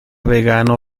vegano